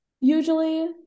usually